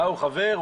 הוא חבר?